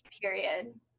period